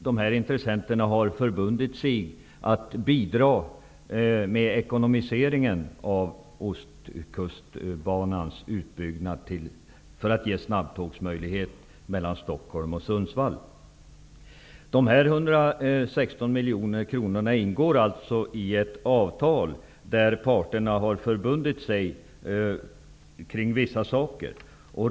Dessa intressenter har förbundit sig att bidra med ekonomiseringen av Dessa 116 miljoner kronor ingår i ett avtal där parterna har förbundit sig till vissa saker.